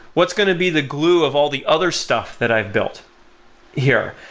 what's going to be the glue of all the other stuff that i've built here?